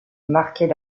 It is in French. marquait